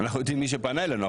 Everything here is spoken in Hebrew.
אנחנו יודעים מי פנה אלינו.